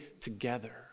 together